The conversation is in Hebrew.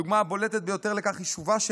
הדוגמה הבולטת ביותר לכך היא שובה של